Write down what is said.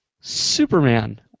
Superman